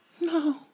No